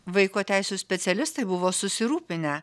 vaiko teisių specialistai buvo susirūpinę